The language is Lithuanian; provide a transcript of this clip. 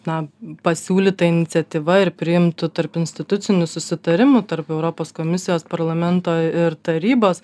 na pasiūlyta iniciatyva ir priimtu tarpinstituciniu susitarimu tarp europos komisijos parlamento ir tarybos